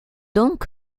donc